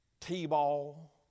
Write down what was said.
t-ball